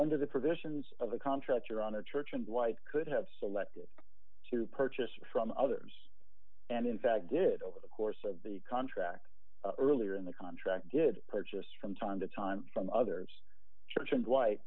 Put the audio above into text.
under the provisions of the contract or on a church and why it could have selected to purchase from others and in fact did over the course of the contract earlier in the contract did purchase from time to time from others church and